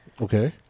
Okay